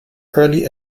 early